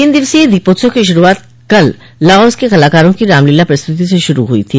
तीन दिवसीय दीपोत्सव की शुरूआत कल लाओस के कलाकारों की रामलीला प्रस्तुति से शुरू हुई थी